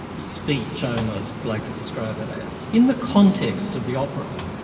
speech i almost like to describe it as, in the context of the opera,